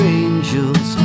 angels